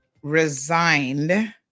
resigned